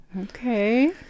okay